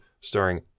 starring